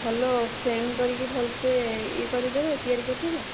ଭଲ ଫ୍ରେମ୍ କରିକି ଭଲ୍ସେ ଇଏ କରିଦେବେ ତିଆରି କରିଦେବେ